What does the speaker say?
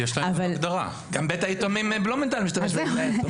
גם בית היתומים בלומנטל משתמש במילה יתום.